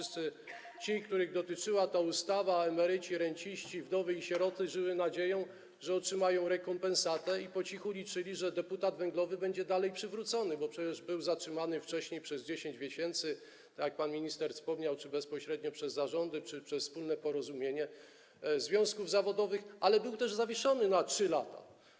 Wszyscy ci, których dotyczyła ta ustawa, emeryci, renciści, wdowy i sieroty, żyli nadzieją, że otrzymają rekompensatę, i po cichu liczyli, że deputat węglowy będzie przywrócony, bo przecież był wcześniej zatrzymany przez 10 miesięcy, tak jak pan minister wspomniał, czy bezpośrednio przez zarządy, czy przez wspólne porozumienie związków zawodowych, ale był zawieszony na 3 lata.